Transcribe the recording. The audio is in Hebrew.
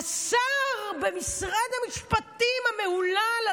השר במשרד המשפטים המהולל,